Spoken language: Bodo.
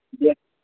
दे